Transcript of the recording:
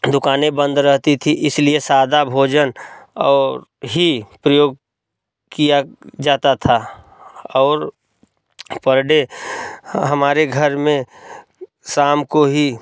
दुकाने बंद रहती थी इसलिए सादा भोजन और ही प्रयोग किया जाता था और पर डे हमारे घर में शाम को ही